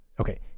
okay